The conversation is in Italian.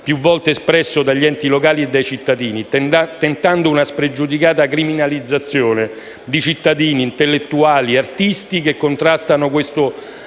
più volte espresso dagli enti locali e dai cittadini, tentando una spregiudicata criminalizzazione di cittadini, intellettuali e artisti che contrastano questo